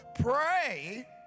Pray